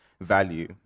value